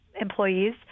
employees